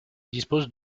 disposent